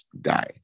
die